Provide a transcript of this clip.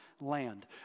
land